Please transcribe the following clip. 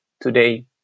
today